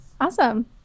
Awesome